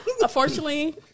unfortunately